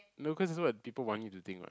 no cause that's what people want you to think what